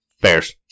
Bears